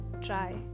try